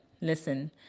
listen